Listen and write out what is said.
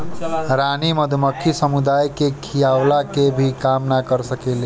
रानी मधुमक्खी समुदाय के खियवला के भी काम ना कर सकेले